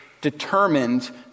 determined